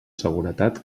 seguretat